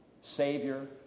Savior